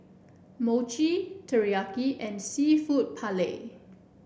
Mochi Teriyaki and seafood Paella